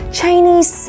Chinese